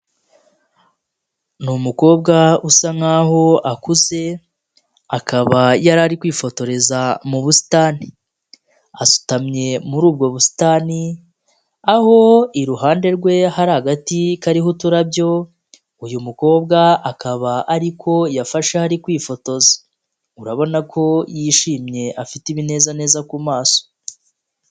Ni umukobwa usa nkaho akuze, akaba yari ari kwifotoreza mu busitani. Asutamye muri ubwo busitani, aho iruhande rwe hari agati kariho uturabyo, uyu mukobwa akaba ari ko yafashe hari kwifotoza. Urabona ko yishimye afite ibinezaneza ku maso.